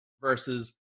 versus